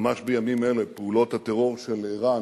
ממש בימים אלה פעולות הטרור של אירן